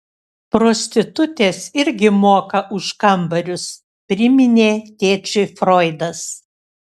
prostitutės irgi moka už kambarius priminė tėčiui froidas